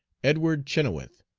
edward chynoweth,